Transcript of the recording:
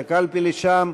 את הקלפי לשם,